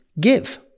give